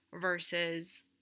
versus